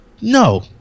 No